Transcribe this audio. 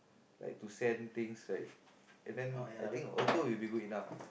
like to send things like and then I think auto will be good enough